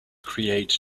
create